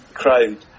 crowd